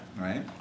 right